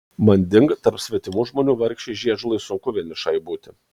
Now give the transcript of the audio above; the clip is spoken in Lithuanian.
manding tarp svetimų žmonių vargšei žiežulai sunku vienišai būti